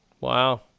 Wow